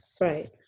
right